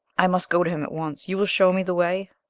i must go to him at once you will show me the way.